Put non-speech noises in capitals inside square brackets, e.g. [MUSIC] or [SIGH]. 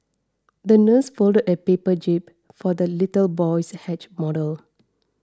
the nurse folded a paper jib for the little boy's [UNINTELLIGIBLE] model